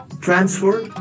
transfer